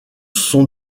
sont